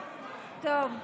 טוב,